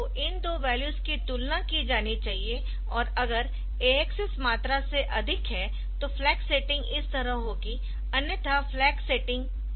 तो इन दो वैल्यूज की तुलना की जानी चाहिए और अगर AX इस मात्रा से अधिक है तो फ्लैग सेटिंग इस तरह होगी अन्यथा फ्लैग सेटिंग इस तरह होगी